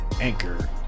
Anchor